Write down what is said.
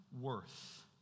worth